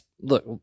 look